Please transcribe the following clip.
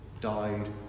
died